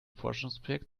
forschungsprojekt